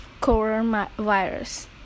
coronavirus